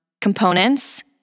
components